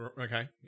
okay